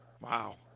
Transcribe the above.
Wow